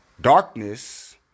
Darkness